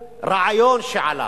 רעיון כלשהו שעלה